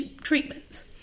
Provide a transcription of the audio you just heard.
treatments